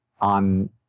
on